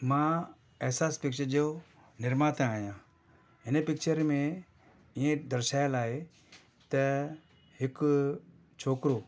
मां एसास्टिक्स जो निर्माता आहियां हिन पिक्चर में इहे दर्शायाल आहे त हिकु छोकिरो